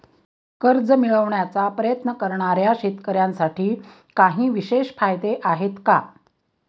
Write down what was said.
कर्ज मिळवण्याचा प्रयत्न करणाऱ्या शेतकऱ्यांसाठी काही विशेष फायदे आहेत का?